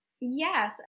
Yes